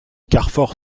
carfor